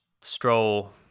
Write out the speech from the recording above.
Stroll